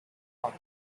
hot